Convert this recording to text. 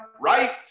right